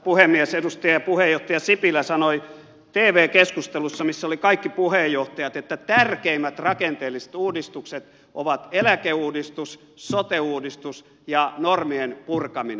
edustaja ja puheenjohtaja sipilä sanoi tv keskustelussa missä olivat kaikki puheenjohtajat että tärkeimmät rakenteelliset uudistukset ovat eläkeuudistus sote uudistus ja normien purkaminen